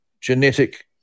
genetic